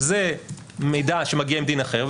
זה מידע שמגיע עם דין אחר,